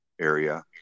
area